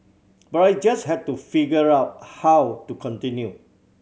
but I just had to figure out how to continue